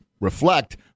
reflect